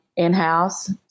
in-house